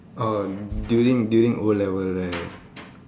orh during during O-level right